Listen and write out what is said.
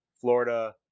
Florida